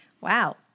Wow